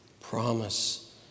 promise